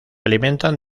alimentan